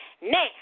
Now